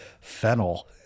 fennel